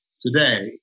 today